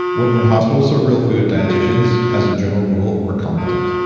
when when hospitals serve real food, dieticians, as a general rule, are competent.